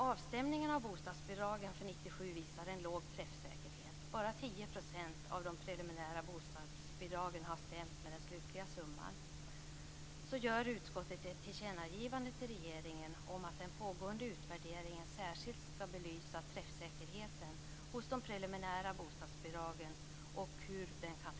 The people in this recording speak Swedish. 1997 visar en låg träffsäkerhet - bara 10 % av de preliminära bostadsbidragen har stämt med den slutliga summan - gör utskottet ett tillkännagivande till regeringen om att den pågående utvärderingen särskilt bör belysa hur träffsäkerheten hos de preliminära bostadsbidragen kan förbättras.